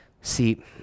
See